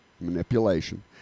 manipulation